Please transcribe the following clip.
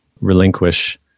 relinquish